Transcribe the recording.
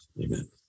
Amen